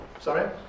Sorry